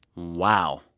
wow.